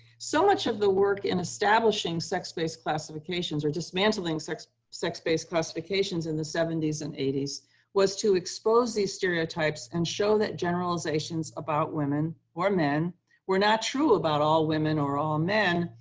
so much of the work in establishing sex-based classifications or dismantling sex-based classifications in the seventy s and eighty s was to expose these stereotypes and show that generalizations about women or men were not true about all women or all men,